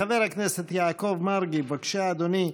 חבר הכנסת יעקב מרגי, בבקשה, אדוני.